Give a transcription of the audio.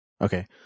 Okay